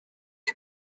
les